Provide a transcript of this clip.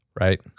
Right